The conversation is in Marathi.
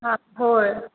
हा होय